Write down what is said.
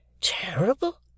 Terrible